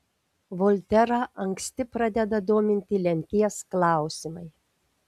volterą anksti pradeda dominti lemties klausimai